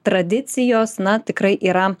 tradicijos na tikrai yra